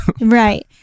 right